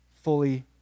fully